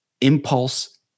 impulse